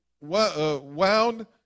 wound